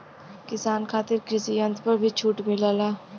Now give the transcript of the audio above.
किसान खातिर कृषि यंत्र पर भी छूट मिलेला?